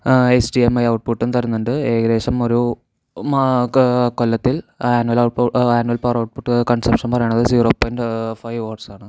H D M I ഔട്ട്പുട്ടും തരുന്നുണ്ട് ഏകദേശം ഒരു കൊല്ലത്തിൽ annual annual power output consumption പറയണത് സീറോ പോയിൻ്റ് ഫൈവ് വാട്ട്സാണ്